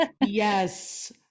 yes